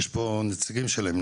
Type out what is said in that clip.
יש פה נציגים שלהם,